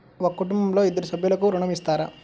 ఒక కుటుంబంలో ఇద్దరు సభ్యులకు ఋణం ఇస్తారా?